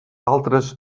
altres